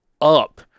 up